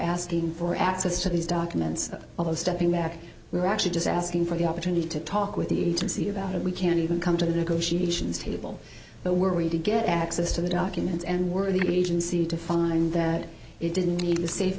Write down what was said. asking for access to these documents although stepping back we're actually just asking for the opportunity to talk with the agency about it we can't even come to the negotiations table so we're going to get access to the documents and we're in the agency to find that it didn't need the safe